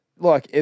Look